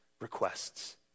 requests